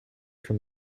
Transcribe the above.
from